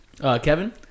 Kevin